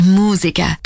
musica